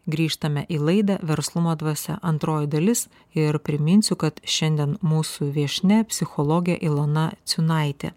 grįžtame į laidą verslumo dvasia antroji dalis ir priminsiu kad šiandien mūsų viešnia psichologė ilona ciūnaitė